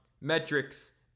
metrics